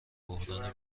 بحرانی